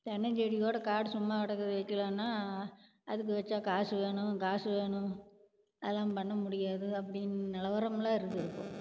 தென்னஞ்செடி கூட காடு சும்மா கிடக்குது வைக்கிலாம்னா அதுக்கு வச்சால் காசு வேணும் காசு வேணும் அதெலாம் பண்ண முடியாது அப்படின்னு நிலவரம்லாம் இருக்குது இப்போது